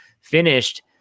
finished